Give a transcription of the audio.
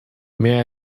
may